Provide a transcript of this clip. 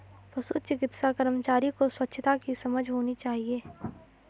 पशु चिकित्सा कर्मचारी को स्वच्छता की समझ होनी चाहिए